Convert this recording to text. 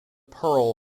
pearl